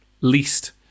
least